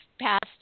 passed